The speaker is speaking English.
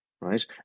right